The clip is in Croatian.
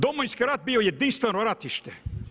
Domovinski rat bio je jedinstveno ratište.